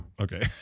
Okay